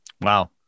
Wow